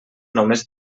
només